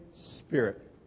spirit